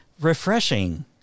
refreshing